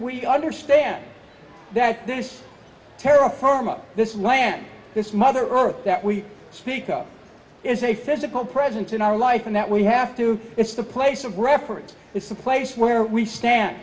we understand that this terra firma this land this mother earth that we speak of is a physical presence in our life and that we have to it's the place of reference it's a place where we stand